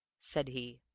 said he,